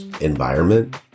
environment